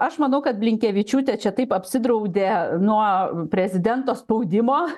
aš manau kad blinkevičiūtė čia taip apsidraudė nuo prezidento spaudimo